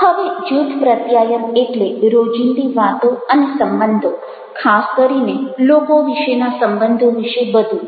હવે જૂથ પ્રત્યાયન એટલે રોજીંદી વાતો અને સંબંધો ખાસ કરીને લોકો વિશેના સંબંધો વિશે બધું જ